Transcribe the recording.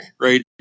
right